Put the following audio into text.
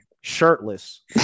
shirtless